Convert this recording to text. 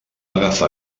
agafar